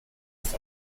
ist